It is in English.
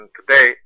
today